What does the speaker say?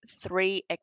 three